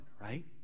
right